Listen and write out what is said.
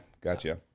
Gotcha